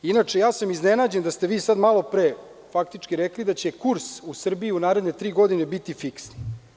Iznenađen sam da ste vi sad malopre faktički rekli da će kurs u Srbijiu naredne tri godine biti fiksni.